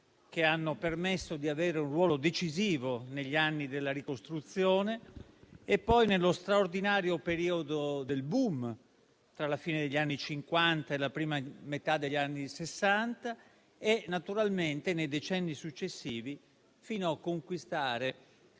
che hanno permesso di avere un ruolo decisivo negli anni della ricostruzione, nello straordinario periodo del *boom*, tra la fine degli anni Cinquanta e la prima metà degli Sessanta, e naturalmente nei decenni successivi fino a conquistare